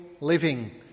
living